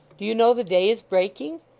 do you know the day is breaking